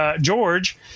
George